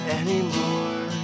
anymore